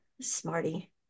smarty